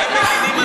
אין לך מקום.